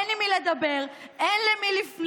אין עם מי לדבר, אין למי לפנות.